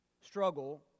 struggle